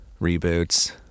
reboots